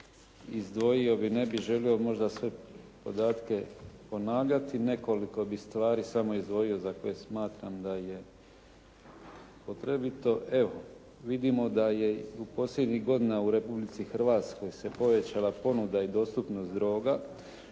izdvojio bih, ne bih želio možda sve podatke ponavljati, nekoliko bih stvari samo izdvojio za koje smatram da je potrebito. Evo vidimo da je u posljednjih godina u Republici Hrvatskoj se povećala ponuda i dostupnost droga